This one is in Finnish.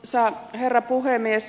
arvoisa herra puhemies